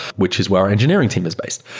which is where our engineering team is based.